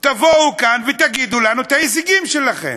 תבואו לכאן ותגידו לנו את ההישגים שלכם.